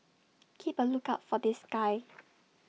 keep A lookout for this guy